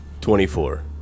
Twenty-four